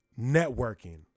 Networking